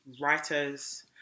writers